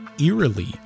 eerily